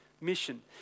mission